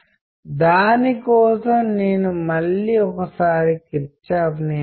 లేదా fibre optic line ఎలా అయితే కమ్యూనికేట్ చేస్తుందో వైర్లెస్కమ్యూనికేట్ చేస్తుంది